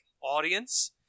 audience